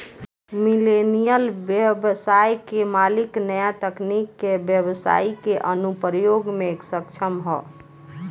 millennial ब्यबसाय के मालिक न्या तकनीक के ब्यबसाई के अनुप्रयोग में सक्षम ह